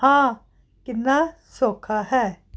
ਹਾਂ ਕਿੰਨਾ ਸੌਖਾ ਹੈ